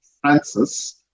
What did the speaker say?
Francis